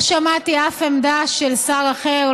לא שמעתי אף עמדה של שר אחר,